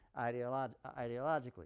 ideologically